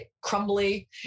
crumbly